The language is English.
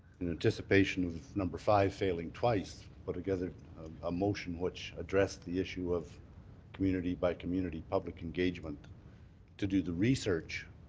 in anticipation of number five, failing twice, put together a motion which addressed the issue of community by community public engagement to do the research,